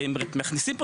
והם מכניסים פה